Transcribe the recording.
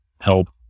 help